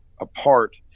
apart